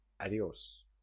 Adiós